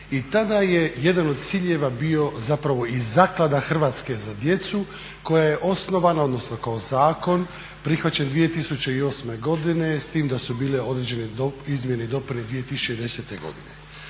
i tada je jedan od ciljeva bio i zapravo i Zaklada "Hrvatska za djecu" koje osnovano odnosno kao zakon prihvaćen 2008.godine s tim da su bile određene izmjene i dopune 2010.godine.